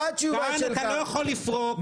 כאן אתה לא יכול לפרוק,